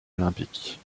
olympique